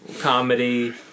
comedy